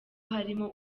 harimo